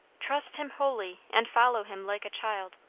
trust him wholly. and follow him like a child.